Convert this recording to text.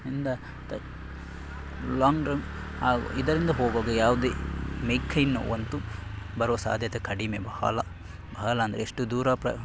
ಇಂದ ತ್ long run ಹಾಗೂ ಇದರಿಂದ ಹೋಗುವಾಗ ಯಾವುದೇ ಮೈಕೈ ನೋವಂತೂ ಬರೋ ಸಾಧ್ಯತೆ ಕಡಿಮೆ ಬಹಳ ಬಹಳ ಅಂದರೆ ಎಷ್ಟು ದೂರ ಪ್ರ